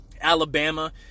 Alabama